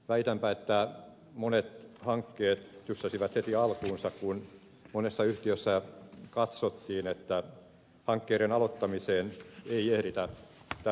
väitänpä että monet hankkeet tyssäsivät heti alkuunsa kun monessa yhtiössä katsottiin että hankkeiden aloittamiseen ei ehditä tänä vuonna